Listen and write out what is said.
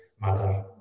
mother